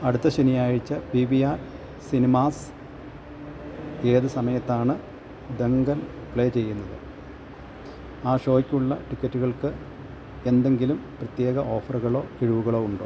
അടുത്ത ശനിയാഴ്ച P V R cinemas ഏത് സമയത്താണ് ദംഗൽ പ്ലേ ചെയ്യുന്നത് ആ ഷോയ്ക്കുള്ള ടിക്കറ്റുകൾക്ക് എന്തെങ്കിലും പ്രത്യേക ഓഫറുകളോ കിഴിവുകളോ ഉണ്ടോ